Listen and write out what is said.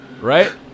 Right